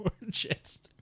gorgeous